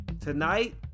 Tonight